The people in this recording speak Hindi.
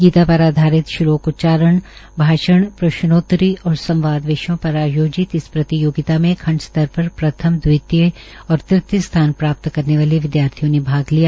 गीता पर आधारित श्लोक उच्चारण भाषण प्रश्नोतरी और संवाद विषयों पर आयोजित इस प्रतियोगिता में खंड स्तर पर प्रथम दवितीय व तृतीय स्थान प्राप्त करेने वाले विद्यार्थियों ने भाग लिया